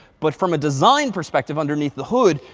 but from a design perspective underneath the hood,